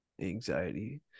anxiety